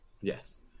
Yes